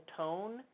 tone